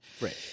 Right